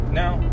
now